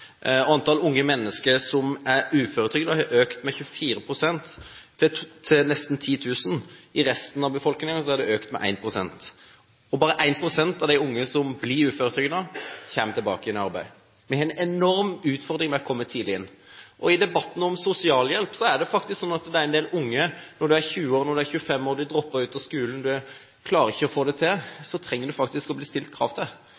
Antall unge mennesker som er uføretrygdet, har økt med 24 pst., til nesten 10 000. I resten av befolkningen har det økt med 1 pst. Bare 1 pst. av de unge som blir uføretrygdet, kommer tilbake i arbeid. Vi har en enorm utfordring med å komme tidlig inn. I debatten om sosialhjelp må det faktisk sies at det er en del unge – de er 20–25 år, har droppet ut av skolen, de klarer ikke å få det til – som trenger å bli satt krav til.